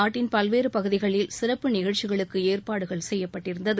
நாட்டின் பல்வேறு பகுதிகளில் சிறப்பு நிகழ்ச்சிகளுக்கு ஏற்பாடு செய்யப்பட்டிருந்தது